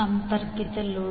ಸಂಪರ್ಕಿತ ಲೋಡ್